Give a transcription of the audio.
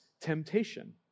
temptation